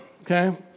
okay